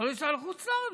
לא לנסוע לחוץ לארץ?